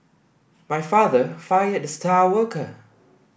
my father fired the star worker